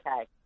Okay